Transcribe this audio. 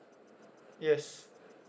yes